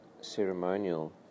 ceremonial